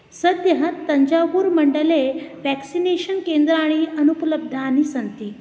सद्यः तञ्जावूर् मण्डले व्याक्सिनेषन् केन्द्राणि अनुपलब्धानि सन्ति